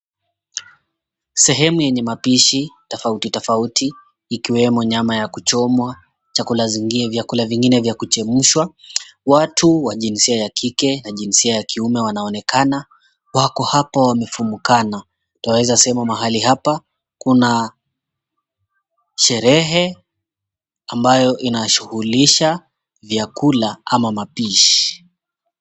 Sehemu yenye mapishi tofauti tofauti, ikiwemo nyama ya kuchomwa vyakula vingine vya kuchemshwa. Watu wa jinsia ya kike na jinsia ya kiume wanaonekana wako hapo wamefumukana. Twaweza sema mahali hapa kuna sherehe ambayo inashuhulisha vyakula ama mapishi.